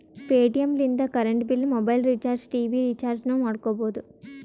Paytm ಲಿಂತ current bill, mobile recharge, TV ರಿಚಾರ್ಜನೂ ಮಾಡ್ಕೋಬೋದು